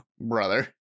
brother